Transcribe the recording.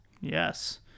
Yes